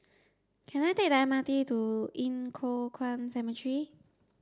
can I take the M R T to Yin Foh Kuan Cemetery